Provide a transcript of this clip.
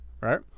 right